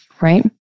Right